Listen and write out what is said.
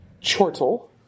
chortle